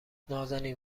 نازنین